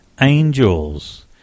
angels